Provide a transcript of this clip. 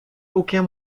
aucun